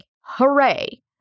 hooray